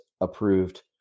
approved